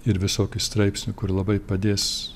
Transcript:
ir visokių straipsnių kur labai padės